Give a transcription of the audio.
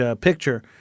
picture